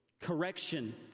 correction